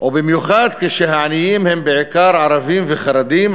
ובמיוחד כשהעניים הם בעיקר ערבים וחרדים,